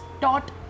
taught